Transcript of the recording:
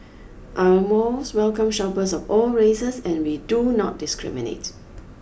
our malls welcome shoppers of all races and we do not discriminate